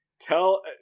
tell